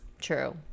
True